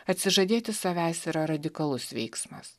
atsižadėti savęs yra radikalus veiksmas